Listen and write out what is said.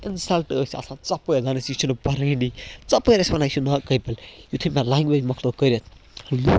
insult ٲسۍ آسان ژۄپٲرۍ دَپان ٲسۍ یہِ چھِنہٕ پَرٲنی ژۄپٲرۍ ٲسۍ وَنان یہِ چھِ نا قٲبل یُتھُے مےٚ لنٛگویج مۄکلٲو کٔرِتھ لُکھ